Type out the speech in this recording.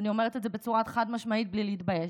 אני אומרת את זה בצורה חד-משמעית, בלי להתבייש.